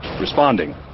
Responding